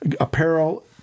apparel